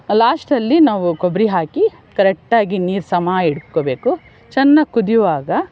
ಲಾಸ್ಟಲ್ಲಿ ನಾವು ಕೊಬ್ಬರಿ ಹಾಕಿ ಕರೆಕ್ಟಾಗಿ ನೀರು ಸಮ ಇಡ್ಕೋಬೇಕು ಚೆನ್ನಾಗಿ ಕುದಿಯುವಾಗ